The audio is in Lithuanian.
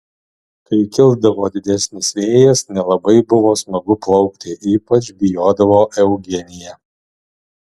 kai kildavo didesnis vėjas nelabai buvo smagu plaukti ypač bijodavo eugenija